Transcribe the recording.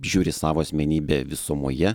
žiūri į savo asmenybę visumoje